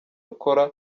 ukora